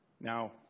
Now